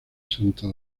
santo